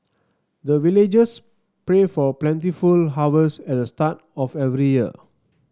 the villagers pray for plentiful harvest at the start of every year